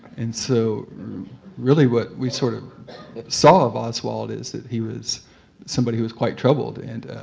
and so really what we sort of saw of oswald is that he was somebody who was quite troubled and